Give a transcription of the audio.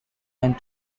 and